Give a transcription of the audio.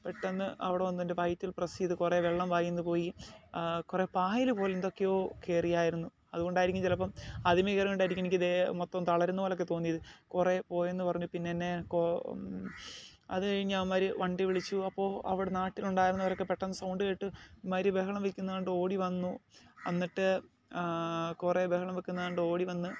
പെട്ടെന്ന് അവിടെ വന്നു എന്റെ വയറ്റിൽ പ്രെസ്സ് ചെയ്തു കുറേ വെള്ളം വായിൽ നിന്ന് പോയി കുറേ പായലുപോലെ എന്തൊക്കെയോ കയറിയായിരുന്നു അതുകൊണ്ട് ആയിരിക്കും ചിലപ്പം ആദ്യമേ കയറിയത് കൊണ്ടായിരിക്കും എനിക്ക് ദേഹം മൊത്തം തളരുന്ന പോലെ ഒക്കെ തോന്നിയത് കുറേ പോയെന്നു പറഞ്ഞു പിന്നെ എന്നെ അത് കഴിഞ്ഞ് അവന്മാർ വണ്ടി വിളിച്ചു അപ്പോൾ അവിടെ നാട്ടിലുണ്ടായിരുന്നവരൊക്കെ പെട്ടെന്ന് സൗണ്ട് കേട്ടു ഇവന്മാർ ബഹളം വയ്ക്കുന്നത് കണ്ടു ഓടി വന്നു എന്നിട്ട് കുറേ ബഹളം വയ്ക്കുത് കണ്ട് ഓടി വന്നു